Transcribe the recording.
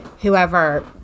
whoever